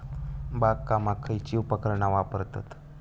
बागकामाक खयची उपकरणा वापरतत?